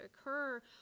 occur